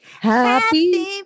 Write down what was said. Happy